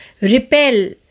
repel